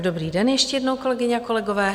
Dobrý den ještě jednou, kolegyně, kolegové.